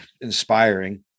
inspiring